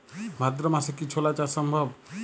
ভাদ্র মাসে কি ছোলা চাষ সম্ভব?